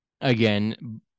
again